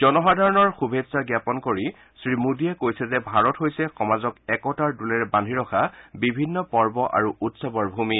জনসাধাৰণক শুভেচ্ছা জাপন কৰি শ্ৰীমোদীয়ে কৈছে যে ভাৰত হৈছে সমাজক একতাৰ দোলেৰে বান্ধি ৰখা পৰ্ব আৰু উৎসৱৰ ভূমি